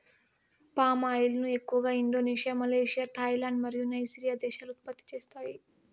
palm oil ను ఎక్కువగా Indonesia, Malaysia, Thailand మరియు నైజీరియా దేశాలు ఉత్పత్తి చేస్తాయి